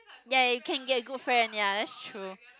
ya you can get good friend ya that's true